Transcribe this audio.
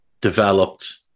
developed